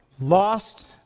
lost